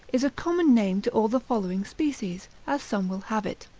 is a common name to all the following species, as some will have it.